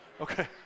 Okay